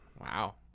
Wow